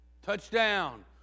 touchdown